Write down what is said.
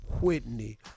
Whitney